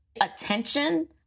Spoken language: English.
attention